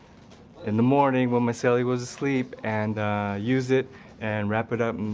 in the morning when my cellie was asleep, and use it and wrap it up